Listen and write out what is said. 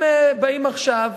הם באים עכשיו.